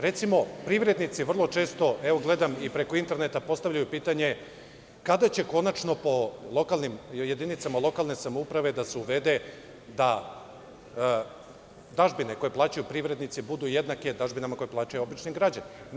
Recimo, privrednici vrlo često, gledam i preko interneta, postavljaju pitanje – kada će konačno po jedinicama lokalne samouprave da se uvede da dažbine koje plaćaju privrednici budu jednake dažbinama koje plaćaju obični građani?